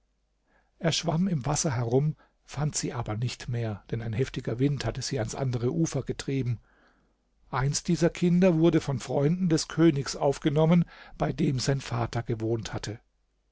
er schwamm im wasser herum fand sie aber nicht mehr denn ein heftiger wind hatte sie ans andere ufer getrieben eins dieser kinder wurde von freunden des königs aufgenommen bei dem sein vater gewohnt hatte